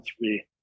three